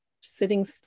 sitting